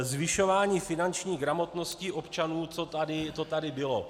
Zvyšování finanční gramotnosti občanů, to tady bylo.